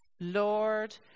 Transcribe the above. Lord